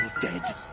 dead